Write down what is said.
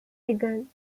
wigan